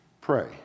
pray